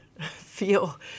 feel